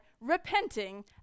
repenting